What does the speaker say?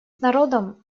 народом